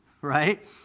right